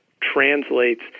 translates